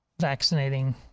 vaccinating